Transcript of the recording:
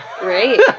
Great